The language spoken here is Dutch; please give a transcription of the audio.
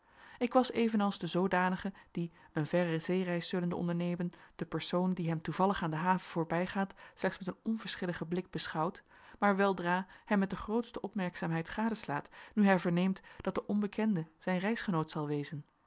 ik was evenals de zoodanige die een verre zeereis zullende ondernemen den persoon die hem toevallig aan de haven voorbijgaat slechts met een onverschilligen blik beschouwt maar weldra hem met de grootste opmerkzaamheid gadeslaat nu hij verneemt dat de onbekende zijn reisgenoot zal wezen